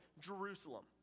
Jerusalem